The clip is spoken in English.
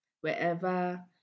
wherever